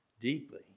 deeply